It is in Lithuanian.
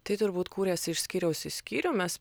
tai turbūt kūrėsi iš skyriaus į skyrių mes